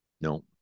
no